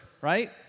right